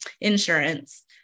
insurance